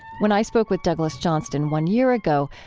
when i spoke with douglas johnston one year ago,